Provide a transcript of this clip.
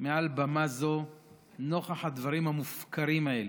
מעל במה זו נוכח הדברים המופקרים האלה.